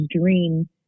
dream